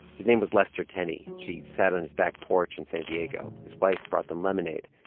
his name was lester tenney. she sat on his back porch in san diego. his wife brought them lemonade.